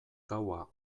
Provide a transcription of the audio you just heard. gaua